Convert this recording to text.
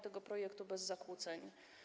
tego projektu bez zakłóceń.